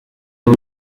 w’u